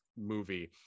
movie